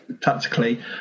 tactically